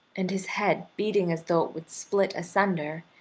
and his head beating as though it would split asunder,